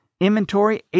inventory